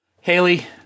Haley